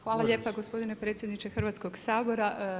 Hvala lijepo gospodine predsjedniče Hrvatskog sabora.